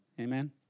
Amen